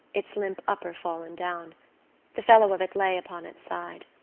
its limp upper fallen down the fellow of it lay upon its side.